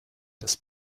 das